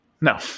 No